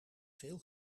veel